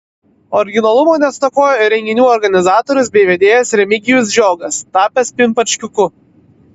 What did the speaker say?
originalumo nestokojo ir renginių organizatorius bei vedėjas remigijus žiogas tapęs pimpačkiuku